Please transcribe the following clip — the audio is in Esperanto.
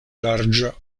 larĝa